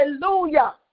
Hallelujah